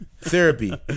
Therapy